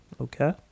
Okay